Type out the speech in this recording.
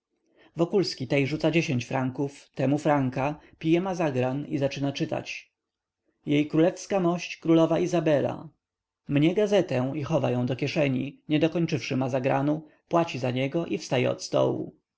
wokulski tej rzuca dziesięć franków temu franka pije mazagran i zaczyna czytać jej k m królowa izabela mnie gazetę i chowa ją do kieszeni niedokończywszy mazagranu płaci za niego i wstaje od stołu